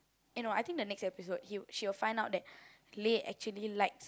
you know I think the next episode she will found out that Lei actually like